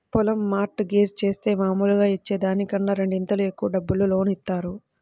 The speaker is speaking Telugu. పొలం మార్ట్ గేజ్ జేత్తే మాములుగా ఇచ్చే దానికన్నా రెండింతలు ఎక్కువ డబ్బులు లోను ఇత్తారు